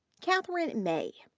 katherine may.